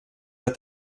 that